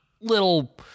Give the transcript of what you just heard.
little